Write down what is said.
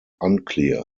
unclear